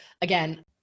again